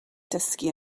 dysgu